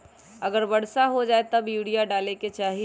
अगर वर्षा हो जाए तब यूरिया डाले के चाहि?